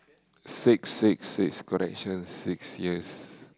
six six six correction six years